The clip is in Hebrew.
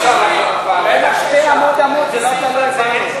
התקבל סעיף 54 גם ל-2014, כנוסח הוועדה.